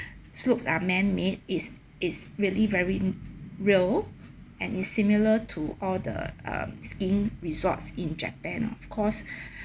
slopes are man-made it's it's really very real and is similar to all the um skiing resorts in japan of course